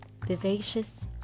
vivacious